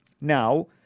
Now